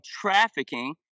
trafficking